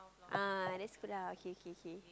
ah okays good lah okay okay okay